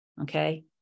Okay